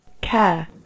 Care